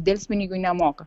delspinigių nemoka